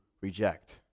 reject